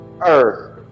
earth